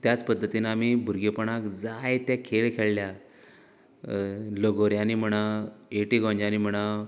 त्याच पद्दतीन आमी भुरगेंपणांत जायते खेळ खेळ्यांत लोगोऱ्यांनी म्हणात एटी गोंज्यानी म्हणात